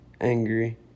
angry